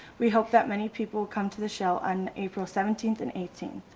we hope that many people come to the show on april seventeenth and eighteenth.